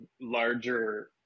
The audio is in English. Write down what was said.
larger